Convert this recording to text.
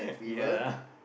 ya